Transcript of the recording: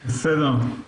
בסדר.